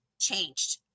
changed